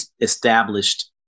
established